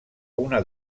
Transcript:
una